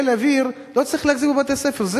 חיל האוויר לא צריך להחזיק בבתי-ספר,